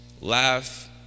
laugh